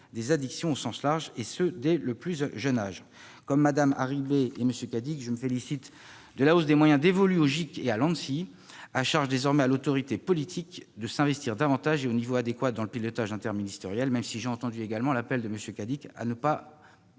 des addictions au sens large, et ce dès le plus jeune âge. Comme Mme Harribey et M. Cadic, je me félicite de la hausse des moyens dévolus au GIC et à l'Anssi- à charge désormais à l'autorité politique de s'investir davantage, et au niveau adéquat, dans le pilotage interministériel de la sécurité des systèmes d'information.